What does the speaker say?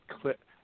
clip